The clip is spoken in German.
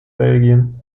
belgien